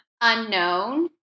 unknown